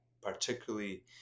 particularly